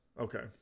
Okay